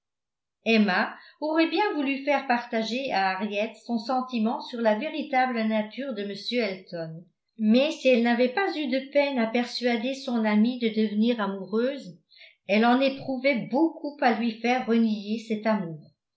emma aurait bien voulu faire partager à henriette son sentiment sur la véritable nature de m elton mais si elle n'avait pas eu de peine à persuader son amie de devenir amoureuse elle en éprouvait beaucoup à lui faire renier cet amour